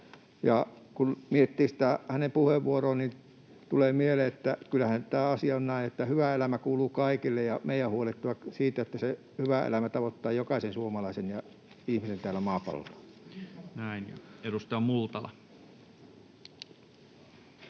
kun miettii sitä hänen puheenvuoroaan, niin tulee mieleen, että kyllähän tämä asia on näin, että hyvä elämä kuuluu kaikille ja meidän on huolehdittava siitä, että se hyvä elämä tavoittaa jokaisen suomalaisen ja ihmisen tällä maapallolla. Näin. — Edustaja Multala.